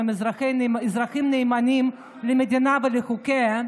הם אזרחים נאמנים למדינה ולחוקיה,